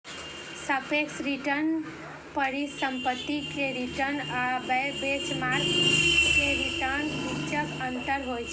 सापेक्ष रिटर्न परिसंपत्ति के रिटर्न आ बेंचमार्क के रिटर्नक बीचक अंतर होइ छै